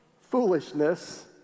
foolishness